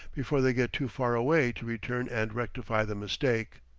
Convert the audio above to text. before they get too far away to return and rectify the mistake.